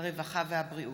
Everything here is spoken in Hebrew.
הרווחה והבריאות.